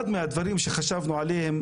אחד מהדברים שחשבנו עליהם,